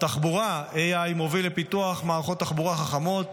בתחבורה AI מוביל לפיתוח מערכות תחבורה חכמות